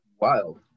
wild